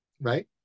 right